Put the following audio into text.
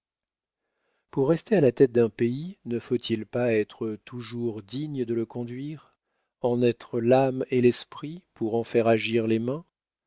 pour rester à la tête d'un pays ne faut-il pas être toujours digne de le conduire en être l'âme et l'esprit pour en faire agir les mains